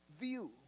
view